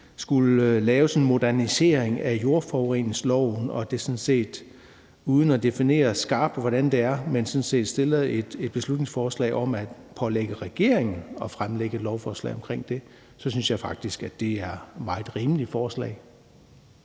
skulle laves en modernisering af jordforureningsloven, og man – uden at definere skarpt, hvordan det skal ske – fremsætter et beslutningsforslag om at pålægge regeringen at fremsætte et lovforslag om det, så synes jeg faktisk, det er et meget rimeligt forslag.